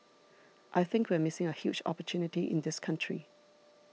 I think we're missing a huge opportunity in this country